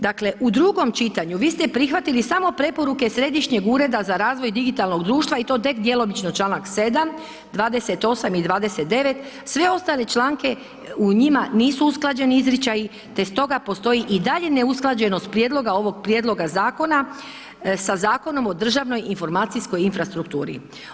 Dakle, u drugom čitanju, vi ste prihvatili samo preporuke Središnjeg ureda za razvoj digitalnog društva i to tek djelomično, čl. 7., 28. i 29., sve ostale članke u njima nisu usklađeni izričaji te stoga postoji i dalje neusklađenost prijedloga ovog prijedloga zakona sa Zakonom o državnoj informacijskoj infrastrukturi.